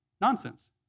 nonsense